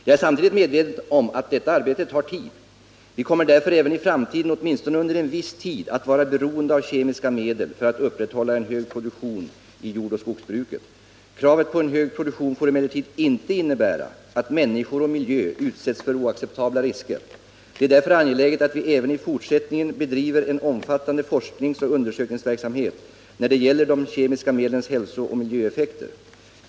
Jag är medveten om att detta arbete tar tid. Vi kommer därför även i framtiden, åtminstone under en viss tid, att vara beroende av kemiska medel för att upprätthålla en hög produktion i jordoch skogsbruket. Kravet på en hög produktion får emellertid inte innebära att människor och miljö utsätts för oacceptabla risker. Det är därför angeläget att vi även i fortsättningen bedriver en omfattande forskningsoch undersökningsverksamhet när det gäller de kemiska medlens hälsooch miljöeffekter.